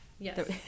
Yes